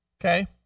Okay